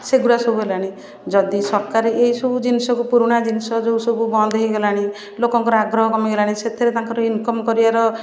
ସେଗୁଡ଼ା ସବୁ ହେଲାଣି ଯଦି ସରକାର ଏହିସବୁ ଜିନିଷକୁ ପୁରୁଣା ଜିନିଷ ଯେଉଁ ସବୁ ବନ୍ଦ ହେଇଗଲାଣି ଲୋକଙ୍କର ଆଗ୍ରହ କମି ଗଲାଣି ସେଥିରେ ତାଙ୍କର ଇନ୍କମ୍ କରିବାର